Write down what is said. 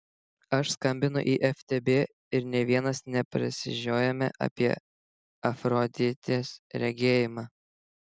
aš skambinu į ftb ir nė vienas neprasižiojame apie afroditės regėjimą